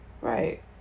Right